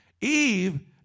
Eve